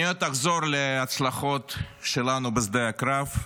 אני עוד אחזור להצלחות שלנו בשדה הקרב,